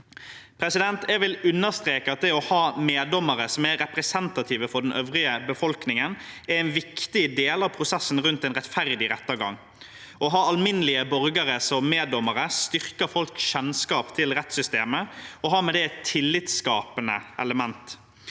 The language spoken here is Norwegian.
befolkningen. Jeg vil understreke at det å ha meddommere som er representative for den øvrige befolkningen, er en viktig del av prosessen rundt en rettferdig rettergang. Å ha alminnelige borgere som meddommere styrker folks kjennskap til rettssystemet og har med det et tillitsskapende element.